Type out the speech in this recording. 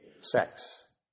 sex